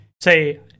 say